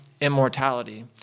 immortality